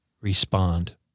respond